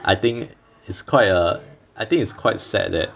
I think it's quite err I think it's quite sad that